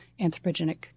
anthropogenic